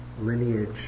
lineage